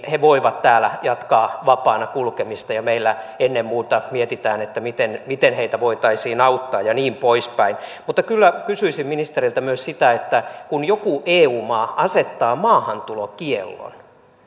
he voivat täällä jatkaa vapaana kulkemista ja meillä ennen muuta mietitään miten miten heitä voitaisiin auttaa ja niin poispäin mutta kyllä kysyisin ministeriltä myös kun joku eu maa asettaa maahantulokiellon